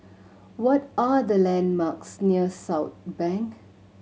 what are the landmarks near Southbank